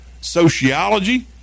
sociology